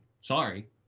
Sorry